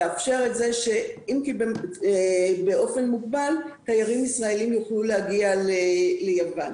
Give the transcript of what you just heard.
לאפשר את זה שאם כי באופן מוגבל תיירים ישראלים יוכלו להגיע ליוון.